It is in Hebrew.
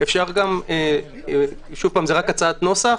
זו רק הצעת נוסח.